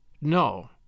No